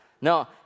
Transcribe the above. No